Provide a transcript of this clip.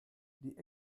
die